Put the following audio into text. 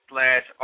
Slash